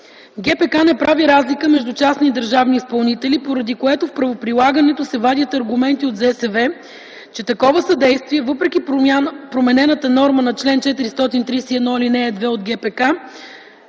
ГПК не прави разлика между частни и държавни изпълнители, поради което в правоприлагането се вадят аргументи от ЗСВ, че такова съдействие, въпреки променената норма на чл. 431, ал. 2 от ГПК,